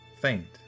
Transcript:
faint